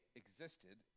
existed